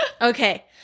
Okay